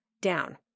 down